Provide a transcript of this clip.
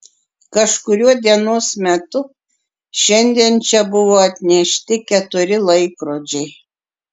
kažkuriuo dienos metu šiandien čia buvo atnešti keturi laikrodžiai